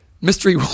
mystery